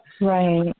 Right